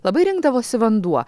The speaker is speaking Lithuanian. labai rinkdavosi vanduo